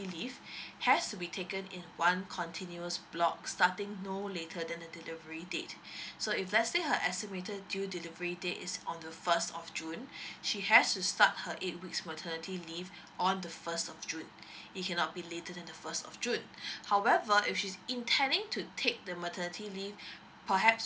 leave has to be taken in one continuous block starting no later than the delivery date so if let's say her estimated due delivery date is on the first of june she has to start her eight weeks maternity leave on the first of june it cannot be later than the first of june however if she's intending to take the maternity leave perhaps